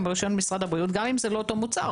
ברשיון משרד הבריאות גם אם זה לא אותו מוצר.